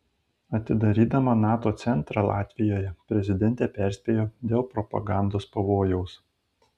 atidarydama nato centrą latvijoje prezidentė perspėjo dėl propagandos pavojaus